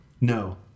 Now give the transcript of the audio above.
No